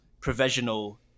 provisional